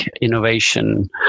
innovation